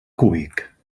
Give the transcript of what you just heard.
cúbic